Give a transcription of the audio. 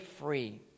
free